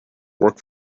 work